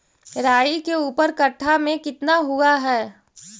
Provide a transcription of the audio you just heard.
राई के ऊपर कट्ठा में कितना हुआ है?